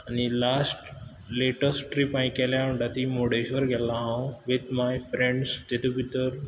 आनी last latest trip हांय केल्या म्हणटा ती मुर्डेश्वर गेल्लो हांव वीत माय फ्रँडस तितूंत भितर